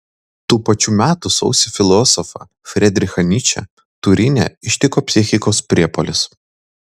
tų pačių metų sausį filosofą frydrichą nyčę turine ištiko psichikos priepuolis